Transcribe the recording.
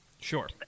Sure